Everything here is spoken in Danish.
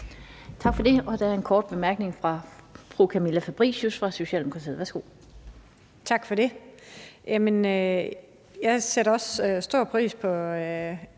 Tak for det. Og der er en kort bemærkning fra fru Camilla Fabricius fra Socialdemokratiet. Værsgo. Kl. 18:13 Camilla Fabricius (S): Tak for det. Jamen jeg sætter også stor pris på